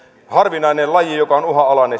harvinainen laji joka on uhanalainen